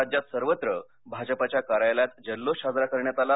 राज्यात सर्वत्र भाजपाच्या कार्यालयात जल्लोष साजरा करण्यात आला